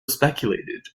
speculated